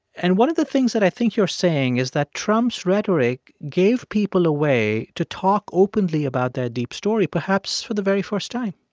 and one of the things that i think you're saying is that trump's rhetoric gave people a way to talk openly about their deep story, perhaps, for the very first time